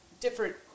different